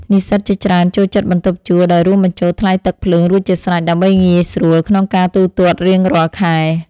និស្សិតជាច្រើនចូលចិត្តបន្ទប់ជួលដែលរួមបញ្ចូលថ្លៃទឹកភ្លើងរួចជាស្រេច ដើម្បីងាយស្រួលក្នុងការទូទាត់រៀងរាល់ខែ។